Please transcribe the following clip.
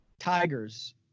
Tigers